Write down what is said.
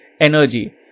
energy